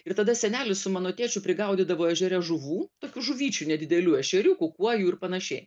ir tada senelis su mano tėčiu prigaudydavo ežere žuvų tokių žuvyčių nedidelių ešeriukų kuojų ir panašiai